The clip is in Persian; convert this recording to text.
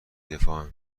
دفاعن